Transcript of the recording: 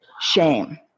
Shame